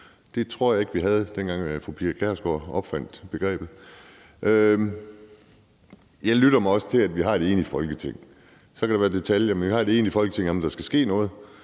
Det tror jeg ikke vi havde, inden fru Pia Kjærsgaard opfandt begrebet. Jeg lytter mig også til, at vi har et enigt Folketing. Så kan der være detaljer, men vi har et Folketing, der er enige